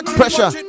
pressure